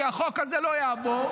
כי החוק הזה לא יעבור,